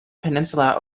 peninsula